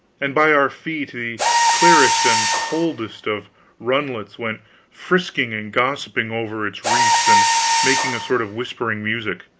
and by our feet the clearest and coldest of runlets went frisking and gossiping over its reefs and making a sort of whispering music,